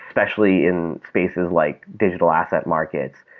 especially in spaces like digital asset markets.